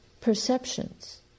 perceptions